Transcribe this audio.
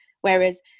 Whereas